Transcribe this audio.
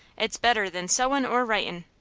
it's better than sewin' or writin'.